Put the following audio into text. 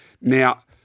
Now